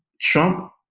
Trump